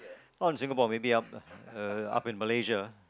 oh in Singapore maybe up uh up in Malaysia